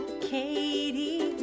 Katie